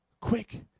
quick